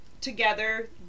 together